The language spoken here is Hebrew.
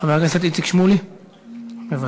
חבר הכנסת איציק שמולי, מוותר.